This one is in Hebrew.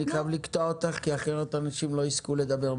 אני חייב לקטוע אותך כי אחרת אנשים לא יזכו לדבר.